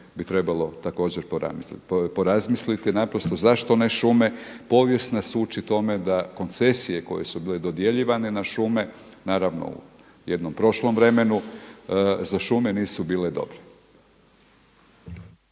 bi trebalo također porazmisliti zašto ne šume, povijest nas uči tome da koncesije koje su bile dodjeljivane na šume, naravno u jednom prošlom vremenu za šume nisu bile dobre.